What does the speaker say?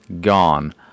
gone